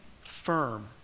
firm